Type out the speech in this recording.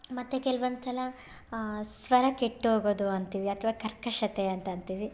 ಮತ್ತು ಕೆಲವೊಂದ್ಸಲ ಸ್ವರ ಕೆಟ್ಟೋಗೋದು ಅಂತೀವಿ ಅಥ್ವಾ ಕರ್ಕಶತೆ ಅಂತ ಅಂತೀವಿ